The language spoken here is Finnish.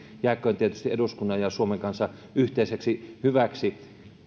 jääköön tietysti eduskunnan ja suomen kansan yhteiseksi hyväksi